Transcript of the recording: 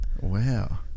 wow